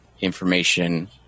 information